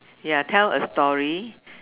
ya tell a story